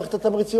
במערכת התמריצים,